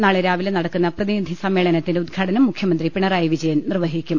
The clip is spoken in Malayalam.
നാളെ രാവിലെ നടക്കുന്ന പ്രതിനിധി സമ്മേളനത്തിന്റെ ഉദ്ഘാടനം മുഖ്യമന്ത്രി പിണറായി വിജയൻ നിർവഹിക്കും